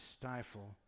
stifle